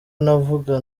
navuga